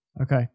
Okay